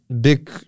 big